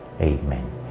Amen